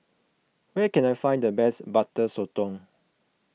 where can I find the best Butter Sotong